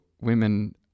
women